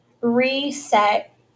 Reset